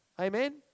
Amen